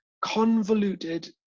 convoluted